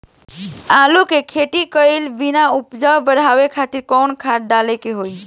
आलू के खेती कइले बानी उपज बढ़ावे खातिर कवन खाद डाले के होई?